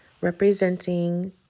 representing